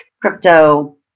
crypto